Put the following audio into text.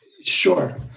Sure